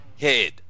head